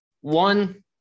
One